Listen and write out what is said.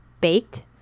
baked